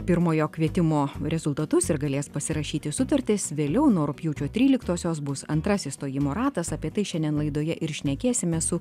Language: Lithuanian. pirmojo kvietimo rezultatus ir galės pasirašyti sutartis vėliau nuo rugpjūčio tryliktosios bus antrasis stojimo ratas apie tai šiandien laidoje ir šnekėsime su